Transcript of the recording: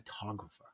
photographer